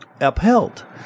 upheld